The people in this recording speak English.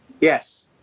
Yes